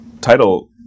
title